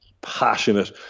passionate